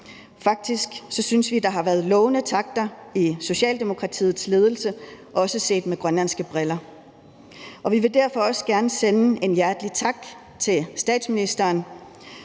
Faktisk synes vi, at der har været lovende takter i Socialdemokratiets ledelse, også set med grønlandske briller, og vi vil derfor også gerne sende en hjertelig tak til statsministeren,